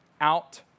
out